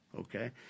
okay